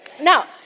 Now